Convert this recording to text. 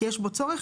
כי יש בו צורך,